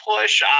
push